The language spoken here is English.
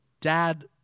dad